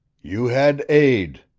you had aid,